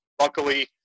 Luckily